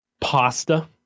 Pasta